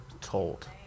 told